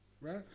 right